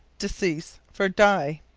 decease for die.